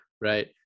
right